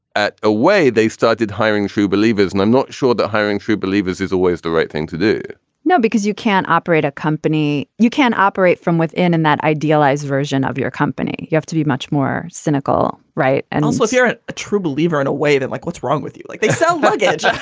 at away, they started hiring true believers, and i'm not sure that hiring true believers is always the right thing to do now because you can't operate a company, you can't operate from within in that idealized version of your company. you have to be much more cynical. right and also, if you're a true believer in a way that like what's wrong with you? like they so like said, yeah